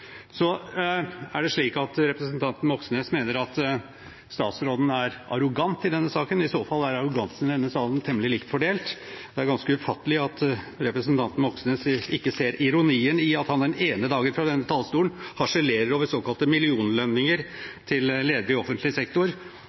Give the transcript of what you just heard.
Så er det slik at representanten Moxnes mener at statsråden er arrogant i denne saken. I så fall er arrogansen i denne salen temmelig likt fordelt. Det er ganske ufattelig at representanten Moxnes ikke ser ironien i at han den ene dagen fra denne talerstolen harselerer over såkalte millionlønninger til ledere i offentlig sektor,